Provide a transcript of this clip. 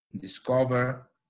discover